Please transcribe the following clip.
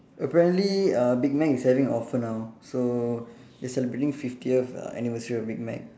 apparently uh Big Mac is having an offer now so they are celebrating fiftieth uh anniversary of Big Mac